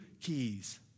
keys